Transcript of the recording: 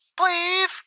please